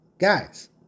Guys